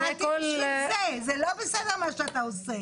זה לא בסדר מה שאתה עושה.